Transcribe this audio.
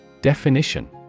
Definition